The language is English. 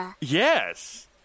Yes